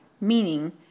meaning